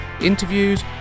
interviews